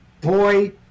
boy